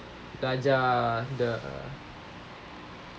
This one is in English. belajar ah the